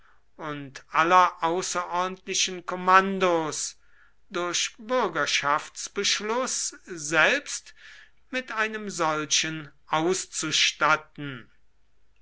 und aller außerordentlichen kommandos durch bürgerschaftsbeschluß selbst mit einem solchen auszustatten